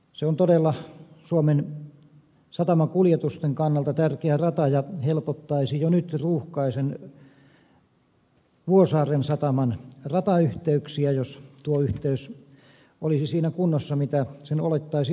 se on todella suomen satamakuljetusten kannalta tärkeä rata ja helpottaisi jo nyt ruuhkaisen vuosaaren sataman ratayhteyksiä jos tuo yhteys olisi siinä kunnossa kuin sen olettaisi olevan